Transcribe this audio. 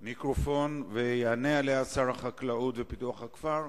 יענה שר החקלאות ופיתוח הכפר,